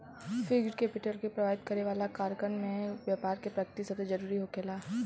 fixed capital के प्रभावित करे वाला कारकन में बैपार के प्रकृति सबसे जरूरी होखेला